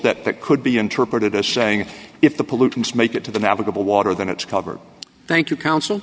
that that could be interpreted as saying if the pollutants make it to the navigable water then it's covered thank you counsel